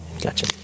gotcha